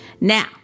Now